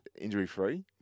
injury-free